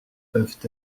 peuvent